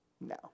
No